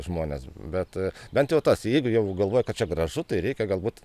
žmonės bet bent jau tas jeigu jau galvoja kad čia gražu tai reikia galbūt